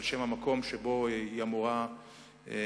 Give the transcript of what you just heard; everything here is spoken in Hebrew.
על שם המקום שבו היא אמורה להתחיל,